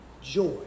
joy